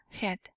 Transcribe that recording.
head